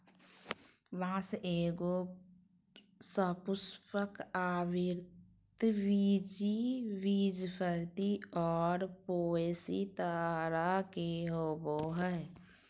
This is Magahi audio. बाँस एगो सपुष्पक, आवृतबीजी, बीजपत्री और पोएसी तरह के होबो हइ